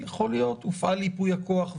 בוקר טוב לכולם.